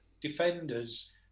defenders